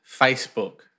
Facebook